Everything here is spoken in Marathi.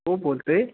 कोण बोलतं आहे